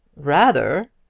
rather,